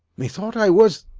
methought i was